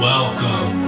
Welcome